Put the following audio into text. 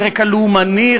רקע לאומני,